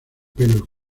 pelos